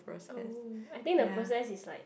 oh I think the process is like